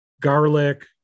garlic